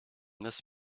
this